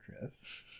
Chris